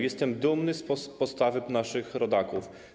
Jestem dumny z postawy naszych rodaków.